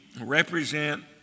represent